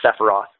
Sephiroth